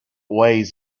ways